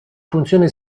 funzioni